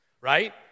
right